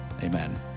amen